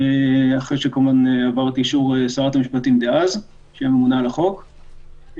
אחרי שעבר את אישור שרת המשפטים דאז שממונה על החוק.